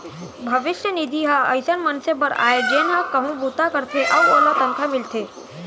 भविस्य निधि ह अइसन मनसे बर आय जेन ह कहूँ बूता करथे अउ ओला तनखा मिलथे